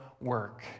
work